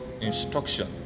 instruction